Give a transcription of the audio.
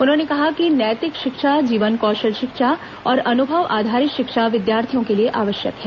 उन्होंने कहा कि नैतिक शिक्षा जीवन कौशल शिक्षा और अनुभव आधारित शिक्षा विद्यार्थियों के लिए आवश्यक है